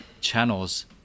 channels